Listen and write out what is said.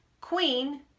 queen